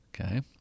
okay